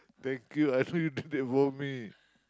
thank you I told you to do that for me